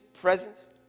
presence